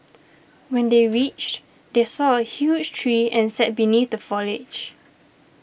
when they reached they saw a huge tree and sat beneath the foliage